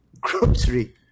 Grocery